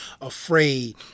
afraid